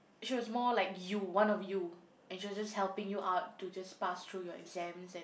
she was more like you one of you and she was just helping you out to just pass through your exams and